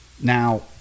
Now